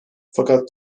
fakat